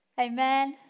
Amen